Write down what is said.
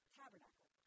tabernacle